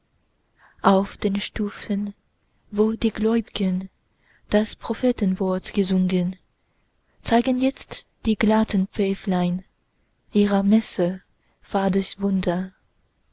auf den stufen wo die gläubgen das prophetenwort gesungen zeigen jetzt die glatzenpfäfflein ihrer messe fades wunder